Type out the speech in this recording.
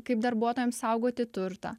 kaip darbuotojams saugoti turtą